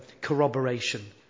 corroboration